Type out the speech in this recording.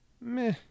Meh